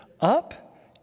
up